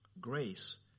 Grace